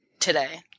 Today